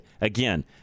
Again